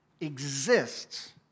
exists